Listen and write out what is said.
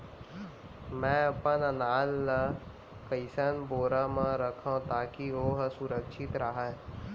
मैं अपन अनाज ला कइसन बोरा म रखव ताकी ओहा सुरक्षित राहय?